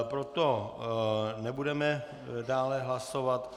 Proto nebudeme dále hlasovat.